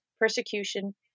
persecution